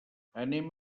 anem